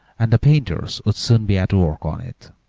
and the painters would soon be at work on it.